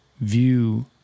view